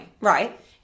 Right